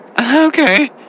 Okay